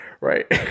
Right